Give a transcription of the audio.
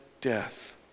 death